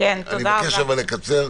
אבל אבקש לקצר.